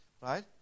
Right